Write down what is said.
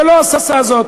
ולא עשה זאת.